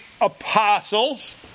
apostles